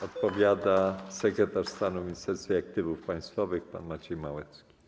Odpowiada sekretarz stanu w Ministerstwie Aktywów Państwowych pan Maciej Małecki.